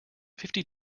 fifty